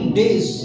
days